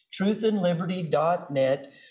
truthandliberty.net